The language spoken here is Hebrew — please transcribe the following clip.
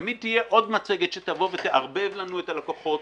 תמיד תהיה עוד מצגת שתערבב לנו את הלקוחות,